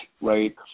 right